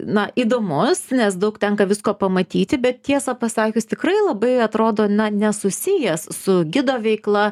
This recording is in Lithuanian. na įdomus nes daug tenka visko pamatyti bet tiesą pasakius tikrai labai atrodo na nesusijęs su gido veikla